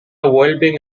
vuelven